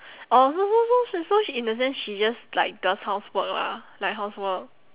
orh so so so so she in the sense she just like does housework lah like housework